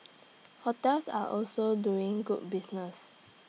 hotels are also doing good business